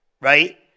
right